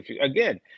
Again